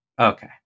Okay